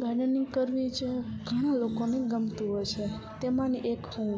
gardening કરવી છે ઘણાં લોકોને ગમતું હોય છે તેમાંની એક હું